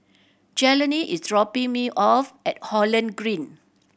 Jelani is dropping me off at Holland Green